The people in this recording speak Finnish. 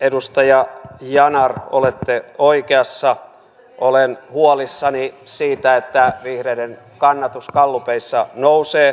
edustaja yanar olette oikeassa olen huolissani siitä että vihreiden kannatus gallupeissa nousee